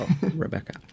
Rebecca